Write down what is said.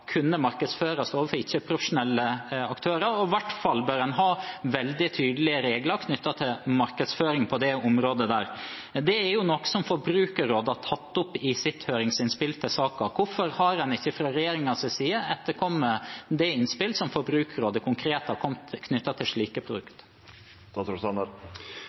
kunne markedsføres overfor ikke-profesjonelle aktører. I hvert fall bør en ha veldig tydelige regler knyttet til markedsføring på det området. Det er noe som Forbrukerrådet har tatt opp i sitt høringsinnspill til saken. Hvorfor har en ikke fra regjeringens side etterkommet det innspillet som Forbrukerrådet konkret har kommet med knyttet til slike